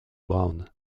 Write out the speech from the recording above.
brown